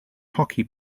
hockey